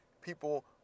People